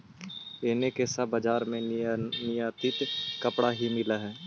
एने के सब बजार में निर्यातित कपड़ा ही मिल हई